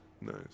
Nice